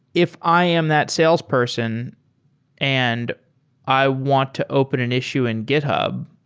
if i am that salesperson and i want to open an issue in github,